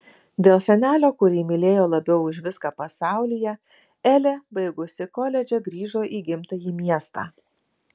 dėl senelio kurį mylėjo labiau už viską pasaulyje elė baigusi koledžą grįžo į gimtąjį miestą